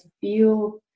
feel